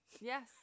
Yes